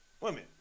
women